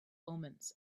omens